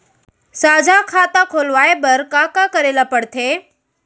साझा खाता खोलवाये बर का का करे ल पढ़थे?